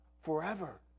forever